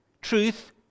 Truth